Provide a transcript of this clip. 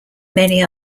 many